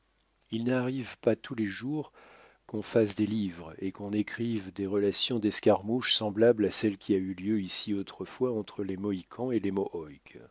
il n'arrive pas tous les jours qu'on fasse des livres et qu'on écrive des relations d'escarmouches semblables à celle qui a eu lieu ici autrefois entre les mohicans et les